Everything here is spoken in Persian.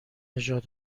نژاد